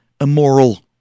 immoral